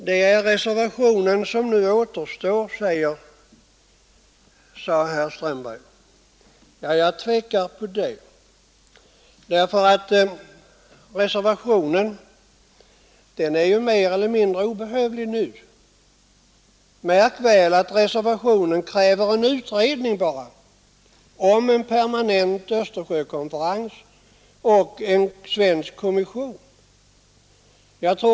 Det är reservationen som nu återstår, sade herr Strömberg. Jag är tveksam om det. Reservationen är nu mer eller mindre obehövlig. Märk väl att reservationen bara kräver en utredning om en permanent Östersjökonferens och om en svensk kommission.